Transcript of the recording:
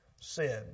Sin